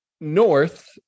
north